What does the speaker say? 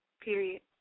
period